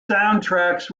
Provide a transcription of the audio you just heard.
soundtracks